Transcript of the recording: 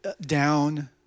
down